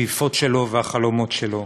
השאיפות שלו והחלומות שלו.